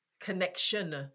connection